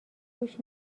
گوش